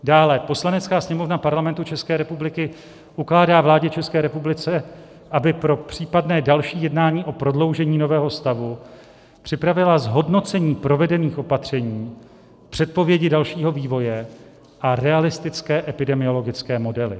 Dále: Poslanecká sněmovna Parlamentu České republiky ukládá vládě České republiky, aby pro případné další jednání o prodloužení nového stavu připravila zhodnocení provedených opatření, předpovědi dalšího vývoje a realistické epidemiologické modely.